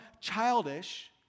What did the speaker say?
childish